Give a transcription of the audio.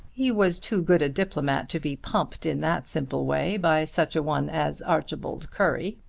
he was too good a diplomate to be pumped in that simple way by such a one as archibald currie.